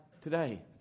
today